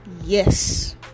yes